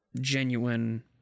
genuine